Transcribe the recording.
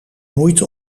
moeite